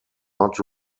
not